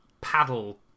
paddle